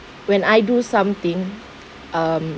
when I do something um